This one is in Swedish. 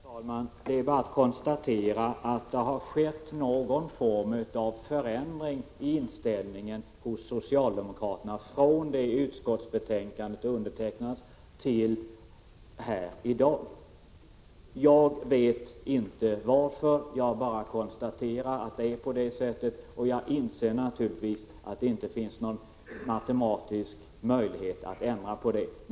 Herr talman! Det är bara att konstatera att det skett någon form av förändring i inställningen hos socialdemokraterna från det att utskottsbetänkandet skrevs fram till i dag. Jag vet inte varför. Jag kan bara konstatera detta. Jag inser naturligtvis att det inte finns någon matematisk möjlighet att ändra på denna inställning.